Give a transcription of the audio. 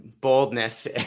boldness